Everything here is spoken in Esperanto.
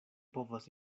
povas